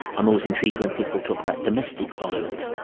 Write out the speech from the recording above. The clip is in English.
i'm always intrigued when people talk about domestic violence,